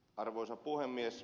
arvoisa puhemies